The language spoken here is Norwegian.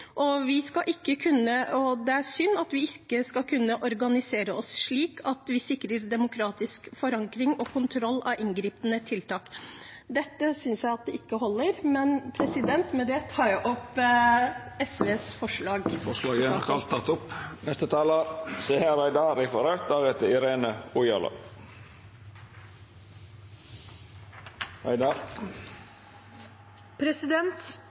og det er synd at vi ikke skal kunne organisere oss slik at vi sikrer demokratisk forankring og kontroll av inngripende tiltak. Det synes jeg ikke holder. For to år siden ble vi satt på en vanskelig prøve i møte med